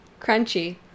Crunchy